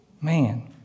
Man